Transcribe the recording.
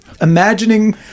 imagining